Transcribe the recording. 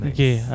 Okay